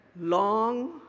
long